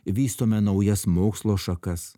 vystome naujas mokslo šakas